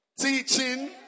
teaching